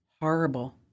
Horrible